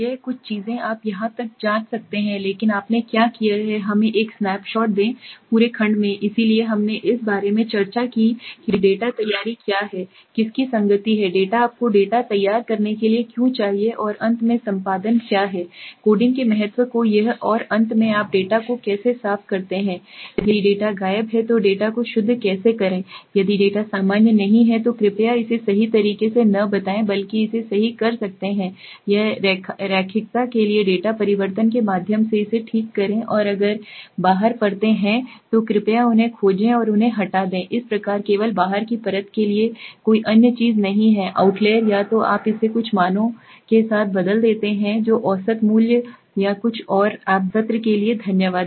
तो यह कुछ चीजें आप यहां तक जांच सकते हैं लेकिन आपने क्या किया है हमें एक स्नैप शॉट दें पूरे खंड में इसलिए हमने इस बारे में चर्चा की कि डेटा तैयारी क्या है किसकी संगति है डेटा आपको डेटा तैयार करने के लिए क्यों चाहिए और अंत में संपादन क्या है कोडिंग के महत्व को यह और अंत में आप डेटा को कैसे साफ़ करते हैं यदि डेटा गायब है तो डेटा को शुद्ध कैसे करें यदि डेटा सामान्य नहीं है तो कृपया इसे सही तरीके से न बताएं बल्कि इसे सही कर सकते हैं एक रैखिकता के लिए डेटा परिवर्तन के माध्यम से इसे ठीक करें और अगर बाहर परतें हैं तो कृपया उन्हें खोजें और उन्हें हटा दें इस प्रकार केवल बाहर की परत के लिए कोई अन्य चीज़ नहीं है आउट लेयर या तो आप इसे कुछ मानों के साथ बदल देते हैं जो औसत मूल्य या कुछ या आप हैं सत्र के लिए धन्यवाद